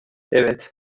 evet